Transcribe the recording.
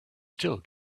still